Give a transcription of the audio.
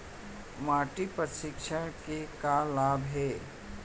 माटी परीक्षण के का का लाभ हे?